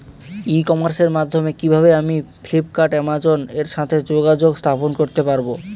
ই কমার্সের মাধ্যমে কিভাবে আমি ফ্লিপকার্ট অ্যামাজন এর সাথে যোগাযোগ স্থাপন করতে পারব?